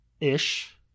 Ish